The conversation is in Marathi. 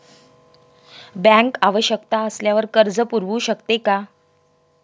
बँक आवश्यकता असल्यावर कर्ज पुरवू शकते का?